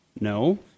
No